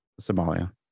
Somalia